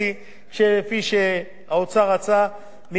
מפי-ארבעה השכר הממוצע,